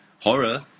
horror